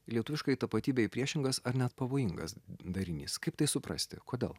lietuviškai tapatybei priešingas ar net pavojingas darinys kaip tai suprasti kodėl